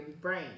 brain